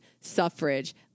suffrage